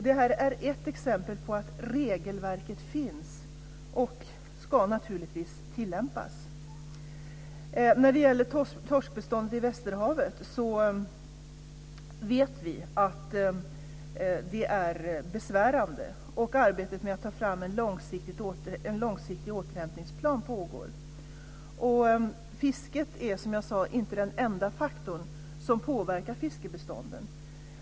Detta är ett exempel på att regelverket finns och naturligtvis ska tillämpas. Vi vet att läget för torskbeståndet i västerhavet är besvärande. Arbetet med att ta fram en långsiktig återhämtningsplan pågår. Fisket är, som jag sade, inte den enda faktor som påverkar fiskbestånden.